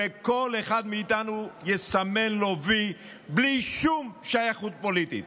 וכל אחד מאיתנו יסמן לו וי בלי שום שייכות פוליטית